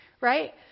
right